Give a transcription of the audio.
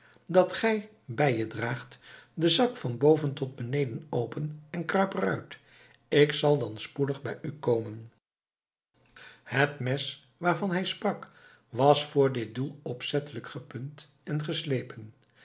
dat gij bij je draagt den zak van boven tot beneden open en kruip er uit ik zal dan spoedig bij u komen het mes waarvan hij sprak was voor dit doel opzettelijk gepunt en geslepen